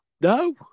No